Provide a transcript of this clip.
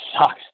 sucks